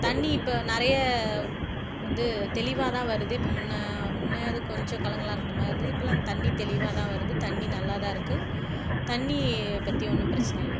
தண்ணி இப்போ நிறைய வந்து தெளிவாக தான் வருது இப்போ முன்னே முன்னையாது கொஞ்சம் கலங்கலாக இருந்த மாதிரி இருந்தது இப்போலாம் தண்ணி தெளிவாக தான் வருது தண்ணி நல்லாதான் இருக்குது தண்ணி பற்றி ஒன்றும் பிரச்சின இல்லை